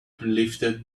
lifted